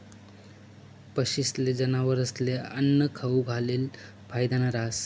पक्षीस्ले, जनावरस्ले आन्नं खाऊ घालेल फायदानं रहास